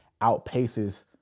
outpaces